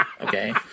Okay